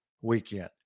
weekend